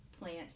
plant